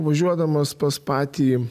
važiuodamas pas patį